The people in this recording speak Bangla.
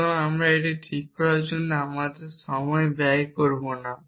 সুতরাং আমরা এটি ঠিক করার জন্য আমাদের সময় ব্যয় করব না